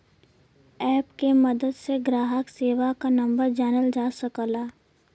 app के मदद से ग्राहक सेवा क नंबर जानल जा सकला